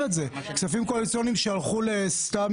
את זה: כספים קואליציוניים שהלכו לסתם